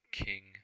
king